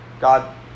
God